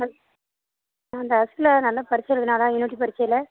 as ஆ இந்த அஸ்லா நல்லா பரிட்சை எழுதுனாலா யூனிட்டு பரிட்சையில்